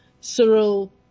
Cyril